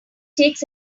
takes